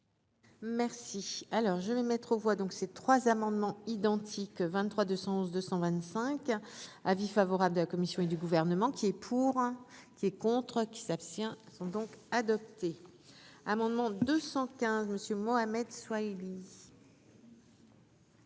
Merci, alors je vais mettre aux voix, donc ces trois amendements identiques 23 211 225 avis favorable de la commission et du gouvernement qui est pour, qui est contre qui s'abstient sont donc adopté amendement 215 Monsieur Mohamed soit élu.